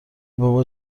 بابا